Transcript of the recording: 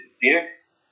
Phoenix